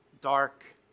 Dark